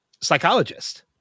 psychologist